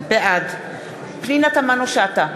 בעד פנינה תמנו-שטה,